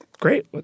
great